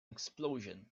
explosion